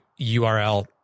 URL